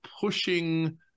pushing